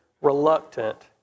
reluctant